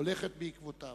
הולכת בעקבותיו.